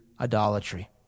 idolatry